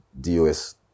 DOS